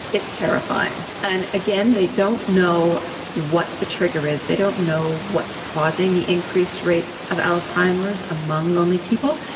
it's terrifying and again they don't know what the trigger is, they don't know what's causing the increased rates of alzheimer's among lonely people.